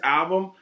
album